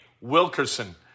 Wilkerson